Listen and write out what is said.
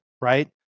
right